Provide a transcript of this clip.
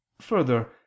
further